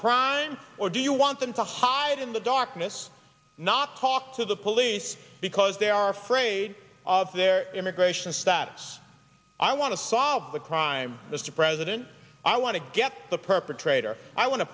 crime or do you want them to hide in the darkness not talk to the police because they are afraid of their immigration status i want to solve the crime mr president i want to get the perpetrator i want to